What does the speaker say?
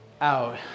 out